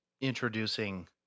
introducing